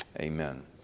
Amen